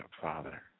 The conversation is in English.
Father